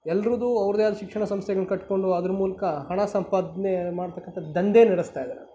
ಎಲ್ರದ್ದು ಅವ್ರದ್ದೇ ಶಿಕ್ಷಣ ಸಂಸ್ಥೆಗಳು ಕಟ್ಕೊಂಡು ಅದರ ಮೂಲಕ ಹಣ ಸಂಪಾದನೆ ಮಾಡ್ತಕ್ಕಂಥ ದಂಧೆ ನಡೆಸ್ತಾಯಿದ್ದಾರೆ